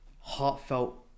heartfelt